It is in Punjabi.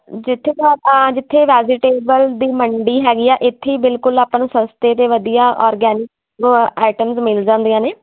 ਜਿਥੇ ਆਹ ਜਿੱਥੇ ਵੈਜੀਟੇਬਲ ਦੀ ਮੰਡੀ ਹੈਗੀ ਆ ਇੱਥੇ ਹੀ ਬਿਲਕੁਲ ਆਪਾਂ ਨੂੰ ਸਸਤੇ ਤੇ ਵਧੀਆ ਔਰਗੈਨਿਕ ਆਈਟਮ ਮਿਲ ਜਾਂਦੀਆਂ ਨੇ